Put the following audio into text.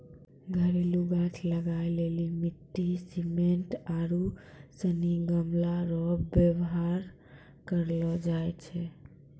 घरेलू गाछ लगाय लेली मिट्टी, सिमेन्ट आरू सनी गमलो रो वेवहार करलो जाय छै